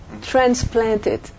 transplanted